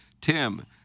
Tim